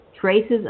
traces